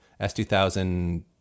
S2000